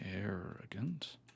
arrogant